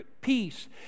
peace